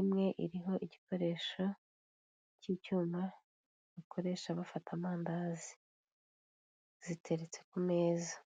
Imwe iriho igikoresho cy'icyuma, bakoresha bafata amandazi. Ziteretse ku meza.